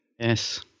Yes